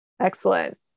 excellent